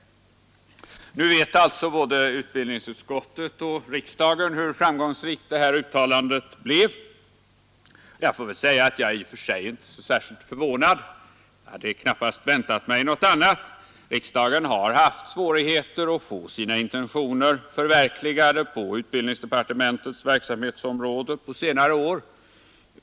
av papper m.m. AG å inom avfalls Nu vet alltså både utbildningsutskottet och riksdagen hur framgångs E hanteringen rikt detta uttalande blev. Jag får säga att jag i och för sig inte är särskilt förvånad. Jag hade knappast väntat mig något annat. Riksdagen har haft svårigheter att få sina intentioner förverkligade när det gäller utbildningsdepartementets verksamhet på senare år.